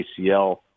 ACL